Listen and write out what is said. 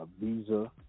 Visa